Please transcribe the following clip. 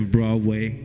Broadway